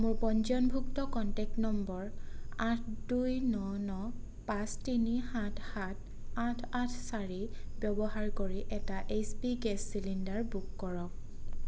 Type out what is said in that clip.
মোৰ পঞ্জীয়নভুক্ত কন্টেক্ট নম্বৰ আঠ দুই ন ন পাঁচ তিনি সাত সাত আঠ আঠ চাৰি ব্যৱহাৰ কৰি এটা H P gas cylinder book কৰক